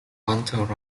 although